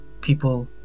people